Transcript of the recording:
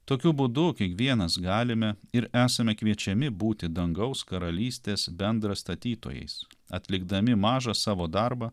tokiu būdu kiekvienas galime ir esame kviečiami būti dangaus karalystės bendrastatytojais atlikdami mažą savo darbą